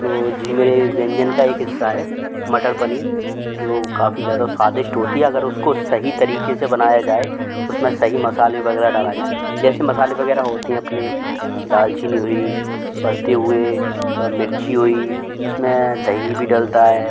तो जी मेरे व्यंजन का एक हिस्सा है मटर पनीर जो काफ़ी ज़्यादा स्वादिष्ट होती है अगर उसको सही तरीक़े से बनाया जाए उस में सही मसाले वग़ैरह डाला जाए जैसे मसाले वग़ैरह होते हैं अपने दालचीनी हुई पत्ते हुए मिर्ची हुई उस में दही भी डलता है